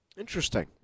Interesting